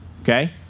okay